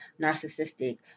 narcissistic